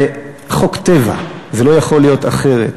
זה חוק טבע, זה לא יכול להיות אחרת.